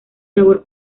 labor